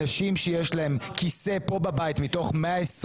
אנשים שיש להם כיסא פה בבית מתחוך 120